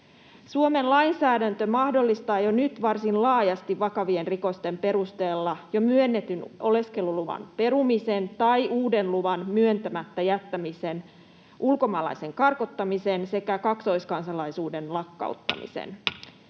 Suomen lainsäädäntö mahdollistaa jo nyt varsin laajasti vakavien rikosten perusteella jo myönnetyn oleskeluluvan perumisen tai uuden luvan myöntämättä jättämisen, ulkomaalaisen karkottamisen sekä kaksoiskansalaisuuden lakkauttamisen.